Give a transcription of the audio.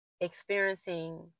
experiencing